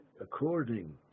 according